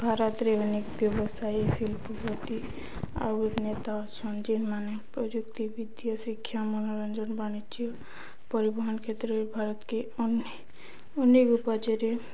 ଭାରତରେ ଅନେକ ବ୍ୟବସାୟୀ ଶିଳ୍ପପତି ଆଉ ଅଭିନେତା ଅଛନ୍ ଯେନ୍ ମାନେ ପ୍ରଯୁକ୍ତି ବିଦ୍ୟା ଶିକ୍ଷା ମନୋରଞ୍ଜନ ବାଣିଜ୍ୟ ପରିବହନ କ୍ଷେତ୍ରରେ ଭାରତକେ ଅନେକ ଉପାର୍ଜନରେ